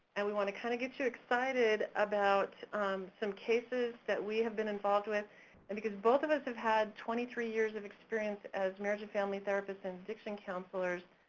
and we wanna kinda get you excited about some cases that we have been involved with and because both of us have had twenty three years of experience as marriage and family therapists and addiction counselors,